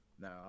no